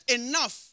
enough